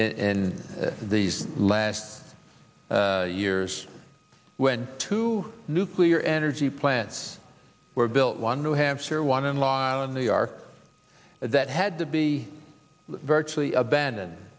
in these last years when two nuclear energy plants were built one new hampshire one in lyla new york that had to be virtually abandoned